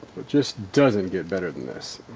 it just doesn't get better than this.